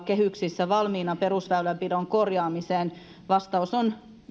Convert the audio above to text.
kehyksissä valmiina perusväylänpidon korjaamiseen vastaus on